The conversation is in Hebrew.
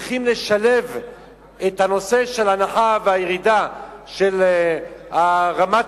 שצריכים לשלב את הנושא של הנחה וירידה של רמת